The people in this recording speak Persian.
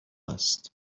است